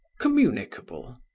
communicable